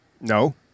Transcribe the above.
No